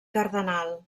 cardenal